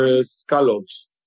scallops